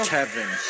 Kevin